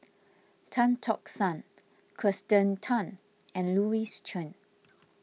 Tan Tock San Kirsten Tan and Louis Chen